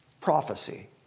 prophecy